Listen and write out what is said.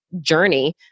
journey